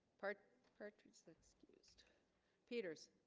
part purchase excused peter's